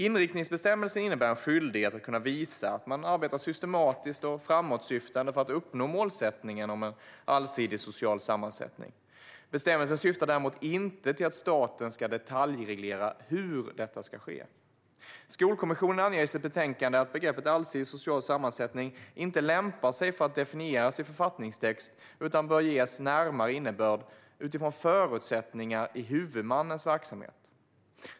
Inriktningsbestämmelsen innebär en skyldighet att kunna visa att man arbetar systematiskt och framåtsyftande för att uppnå målsättningen om en allsidig social sammansättning. Bestämmelsen syftar däremot inte till att staten ska detaljreglera hur detta ska ske. Skolkommissionen anger i sitt betänkande att begreppet "allsidig social sammansättning" inte lämpar sig för att definieras i författningstext utan bör ges närmare innebörd utifrån förutsättningarna i huvudmännens verksamhet.